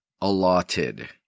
allotted